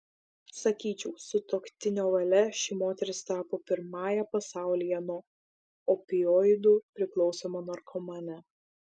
sakyčiau sutuoktinio valia ši moteris tapo pirmąja pasaulyje nuo opioidų priklausoma narkomane